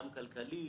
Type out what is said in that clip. מבחינה כלכלית.